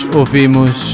ouvimos